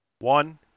One